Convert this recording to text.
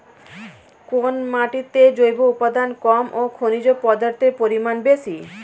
কোন মাটিতে জৈব উপাদান কম ও খনিজ পদার্থের পরিমাণ বেশি?